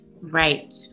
Right